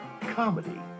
comedy